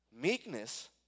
Meekness